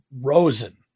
Rosen